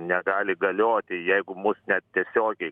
negali galioti jeigu mus net tiesiogiai